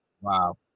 Wow